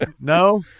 No